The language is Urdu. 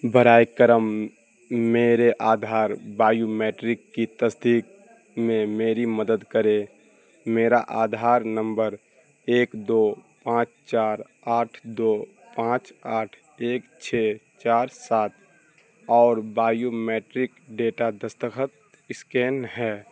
برائے کرم میرے آدھار بایومیٹرک کی تصدیک میں میری مدد کرے میرا آدھار نمبر ایک دو پانچ چار آٹھ دو پانچ آٹھ ایک چھ چار سات اور بایومیٹرک ڈیٹا دستخط اسکین ہے